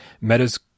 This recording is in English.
meta's